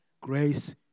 grace